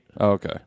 Okay